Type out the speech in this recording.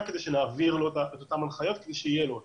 כדי שנעביר לו את אותן הנחיות שיהיה לו אותן.